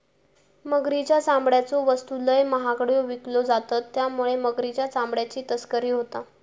मगरीच्या चामड्याच्यो वस्तू लय महागड्यो विकल्यो जातत त्यामुळे मगरीच्या चामड्याची तस्करी होता